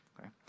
okay